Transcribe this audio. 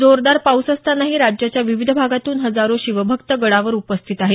जोरदार पाऊस असतानाही राज्याच्या विविध भागातून हजारो शिवभक्त गडावर उपस्थित आहेत